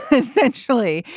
essentially,